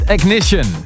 Ignition